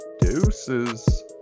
Deuces